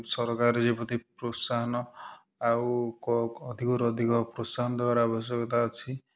ସରକାରୀ ଏହି ପ୍ରତି ପ୍ରୋତ୍ସାହନ ଆଉ ଅଧିକରୁ ଅଧିକ ପ୍ରୋତ୍ସାହନ ଦବାର ଆବଶ୍ୟକତା ଅଛି